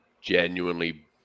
genuinely